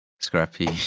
Scrappy